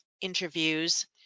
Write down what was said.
interviews